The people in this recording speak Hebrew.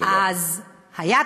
אז היה טרור,